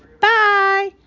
Bye